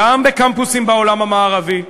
גם בקמפוסים בעולם המערבי,